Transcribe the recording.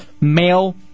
male